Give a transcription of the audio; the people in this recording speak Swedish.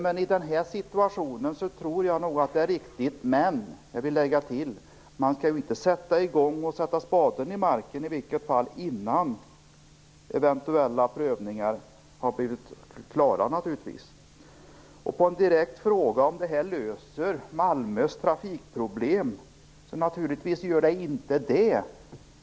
Men i den här situationen tror jag nog att det är riktigt. Men jag vill lägga till att man i vilket fall som helst inte kan sätta spaden i marken innan eventuella prövningar har blivit klara. På en direkt fråga om det här löser Malmös trafikproblem vill jag svara att det naturligtvis inte gör det.